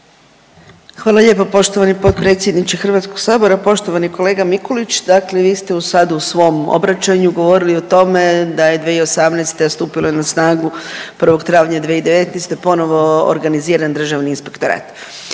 Hvala lijepo poštovani potpredsjedniče HS. Poštovani kolega Mikulić, dakle vi ste sad u svom obraćanju govorili o tome da je 2018., a stupilo je snagu 1. travnja 2019. ponovo organiziran državni inspektorat.